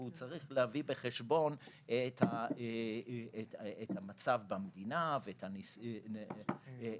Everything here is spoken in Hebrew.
והוא צריך להביא בחשבון את המצב במדינה ואת הנסיבות